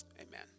Amen